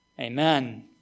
Amen